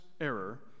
error